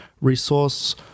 resource